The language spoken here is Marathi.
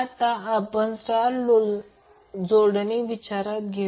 आता आपण स्टार जोडणी विचारात घेऊ